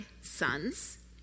sons